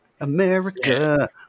America